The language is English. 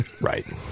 Right